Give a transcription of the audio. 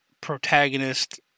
protagonist